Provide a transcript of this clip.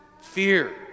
fear